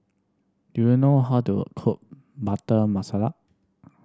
do you know how to cook Butter Masala